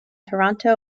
toronto